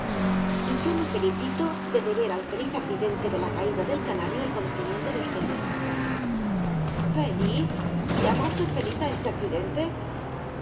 y yo me felicito de deber al feliz accidente de la caída del canario el conocimiento de ustedes feliz llama usted feliz a ese accidente